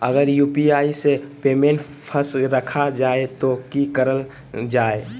अगर यू.पी.आई से पेमेंट फस रखा जाए तो की करल जाए?